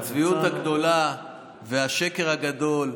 שר החינוך יואב קיש: הצביעות הגדולה והשקר הגדול,